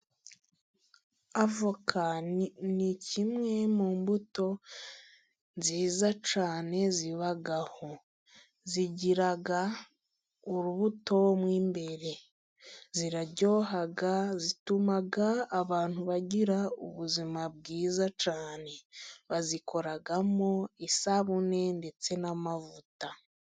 Avoka ni kimwe mu mbuto nziza cyane zibaho. Zigira urubuto mo imbere. Ziraryoha, zituma abantu bagira ubuzima bwiza cyane, bazikoramo isabune ndetse n'amavuta.